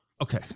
Okay